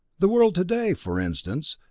the world today, for instance,